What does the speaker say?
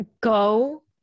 go